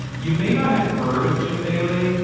you may not have heard of jim bailey,